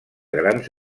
grans